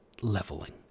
leveling